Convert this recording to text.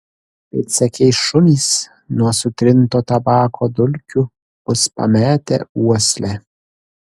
pėdsekiai šunys nuo sutrinto tabako dulkių bus pametę uoslę